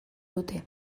dute